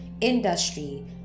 industry